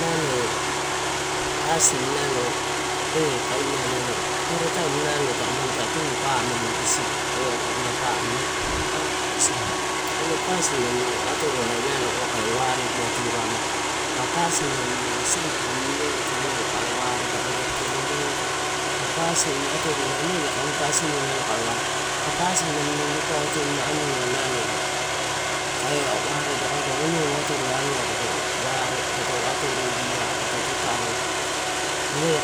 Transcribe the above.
Nalo passim nalo eh kaina paparataim nalo taripa tu pamili isigu aguna pasin nami atorola nalo kaua kae waredia turarema pasin nami sait namini lotu kae waredia, patolo lotu aka pasin atorola elae kain pasiniua kae waredia amini lukaitori anua, kae waredia onou atorola poto atarudia pato tatao